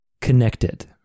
connected